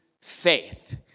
faith